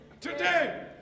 Today